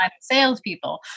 salespeople